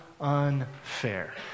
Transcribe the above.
unfair